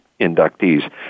inductees